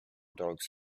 dogs